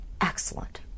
Excellent